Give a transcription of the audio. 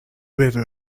river